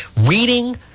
Reading